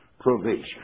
provision